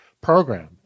program